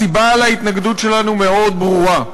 הסיבה להתנגדות שלנו מאוד ברורה: